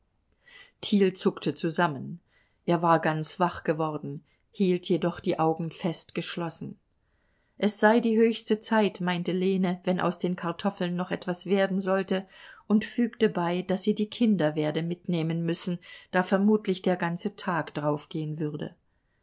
zuckte zusammen er war ganz wach geworden hielt jedoch die augen fest geschlossen es sei die höchste zeit meinte lene wenn aus den kartoffeln noch etwas werden sollte und fügte bei daß sie die kinder werde mitnehmen müssen da vermutlich der ganze tag draufgehen würde